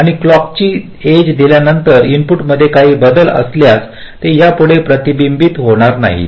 तर क्लॉकची एज दिल्यानंतर इनपुटमध्ये काही बदल असल्यास ते यापुढे प्रतिबिंबित होणार नाहीत